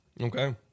Okay